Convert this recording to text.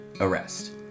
arrest